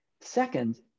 Second